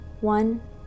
one